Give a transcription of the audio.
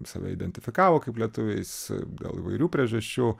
save identifikavo kaip lietuviais gal įvairių priežasčių